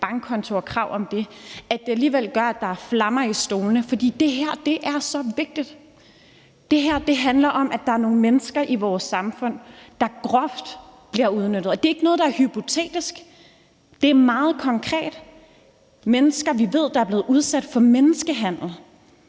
bankkonto, at der alligevel er flammer i stolene, altså fordi det her er så vigtigt. Det handler om, at der er nogle mennesker i vores samfund, der groft bliver udnyttet. Det er ikke noget, der er hypotetisk, det er meget konkret. Det er mennesker, vi ved er blevet udsat for menneskehandel,